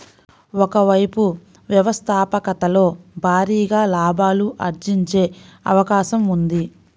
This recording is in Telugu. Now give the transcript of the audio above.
ఒక వైపు వ్యవస్థాపకతలో భారీగా లాభాలు ఆర్జించే అవకాశం ఉంది